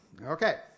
Okay